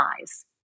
eyes